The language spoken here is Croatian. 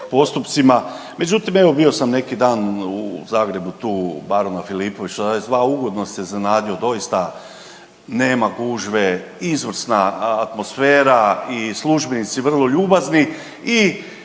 postupcima. Međutim, evo bio sam neki dan u Zagrebu tu u Baruna Filipovića 22 ugodno sam se iznenadio doista nema gužve izvrsna atmosfera i službenici vrlo ljubazni i